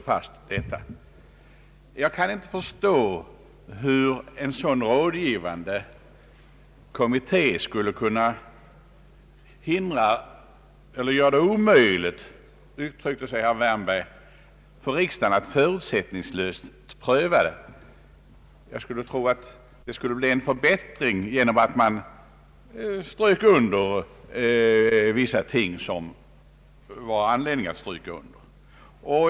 Jag kan inte förstå hur en sådan rådgivande kommitté skulle kunna göra det omöjligt — så uttryckte sig herr Wärnberg — för riksdagen att förutsättningslöst pröva frågorna. Jag skulle tro att det snarare skulle bli en förbättring genom att experterna strök under vissa ting, som vore anledning att observera.